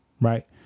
right